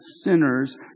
sinners